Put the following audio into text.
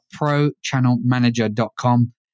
ProChannelManager.com